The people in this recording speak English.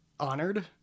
honored